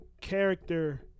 character